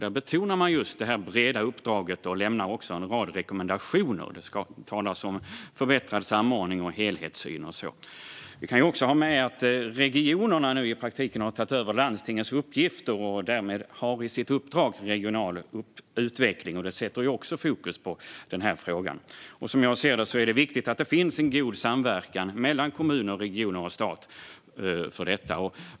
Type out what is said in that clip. Där betonar man det breda uppdraget och lämnar en rad rekommendationer. Det talas om förbättrad samordning och helhetssyn. Det bör också framhållas att regionerna nu i praktiken har tagit över landstingens uppgifter och därmed har regional utveckling i sitt uppdrag. Även det sätter fokus på den här frågan. Som jag ser det är det viktigt att det finns en god samverkan mellan kommuner, regioner och stat för detta.